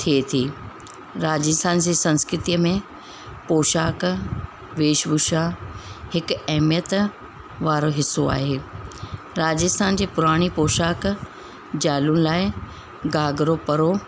थिए थी राजस्थान जे संस्कृतिअ में पोशाक वेश भूषा हिकु अहमियत वारो हिसो आहे राजस्थान जी पुराणी पौशाक ज़ालुनि लाइ घाघरो परो